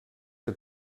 que